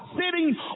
sitting